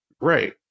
Right